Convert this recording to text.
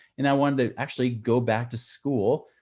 and i wanted to actually go back to school,